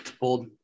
bold